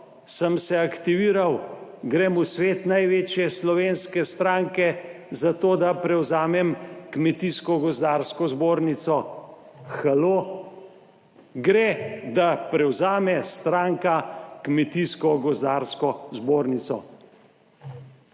sem se aktiviral, grem v svet največje slovenske stranke, zato da prevzamem Kmetijsko gozdarsko zbornico. Halo? Gre, da prevzame stranka Kmetijsko gozdarsko zbornico,